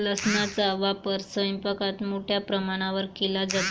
लसणाचा वापर स्वयंपाकात मोठ्या प्रमाणावर केला जातो